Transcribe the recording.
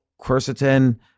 quercetin